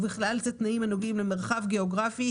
ובכלל זה תנאים הנוגעים למרחב גאוגרפי,